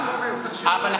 צריך שינוי.